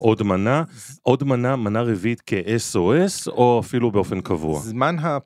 עוד מנה, עוד מנה, מנה רביעית כ-SOS, או אפילו באופן קבוע. זמן ה...